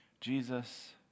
Jesus